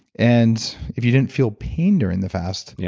and if you didn't feel pain during the fast.